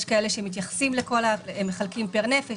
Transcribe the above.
יש כאלה שמחלקים פר נפש,